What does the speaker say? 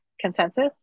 consensus